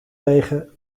wegen